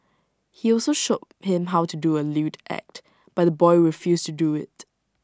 he also showed him how to do A lewd act but the boy refused to do IT